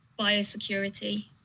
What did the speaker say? biosecurity